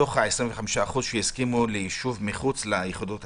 מתוך ה-25% שהסכימו ליישוב מחוץ ליחידות הסיוע,